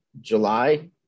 July